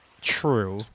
True